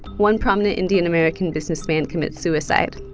one prominent indian american businessman commits suicide.